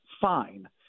fine